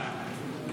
אין בעיה.